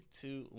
two